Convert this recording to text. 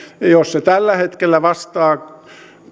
ja jos se tällä hetkellä vastaa